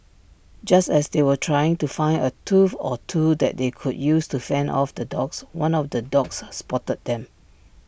just as they were trying to find A tool or two that they could use to fend off the dogs one of the dogs spotted them